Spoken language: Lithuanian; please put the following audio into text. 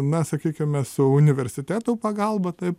na sakykime su universitetų pagalba taip